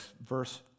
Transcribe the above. verse